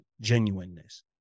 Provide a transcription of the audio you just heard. genuineness